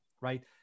right